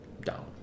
down